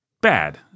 bad